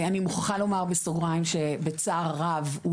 אני מוכרחה לומר בסוגריים שבצער רב,